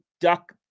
duck